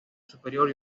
superior